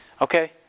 Okay